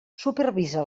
supervisa